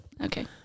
Okay